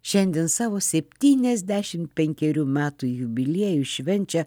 šiandien savo septyniasdešimt penkerių metų jubiliejų švenčia